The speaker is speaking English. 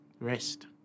Rest